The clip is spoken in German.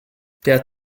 der